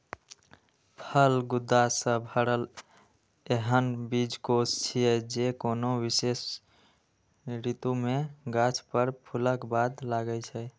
फल गूदा सं भरल एहन बीजकोष छियै, जे कोनो विशेष ऋतु मे गाछ पर फूलक बाद लागै छै